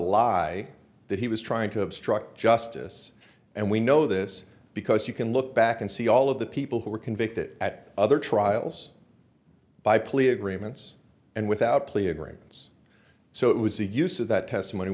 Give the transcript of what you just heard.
lie that he was trying to obstruct justice and we know this because you can look back and see all of the people who were convicted at other trials by plea agreements and without plea agreements so it was the use of that testimony